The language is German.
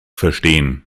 verstehen